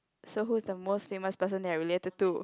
so who is the most famous person that you related to